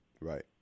Right